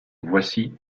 voici